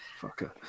fucker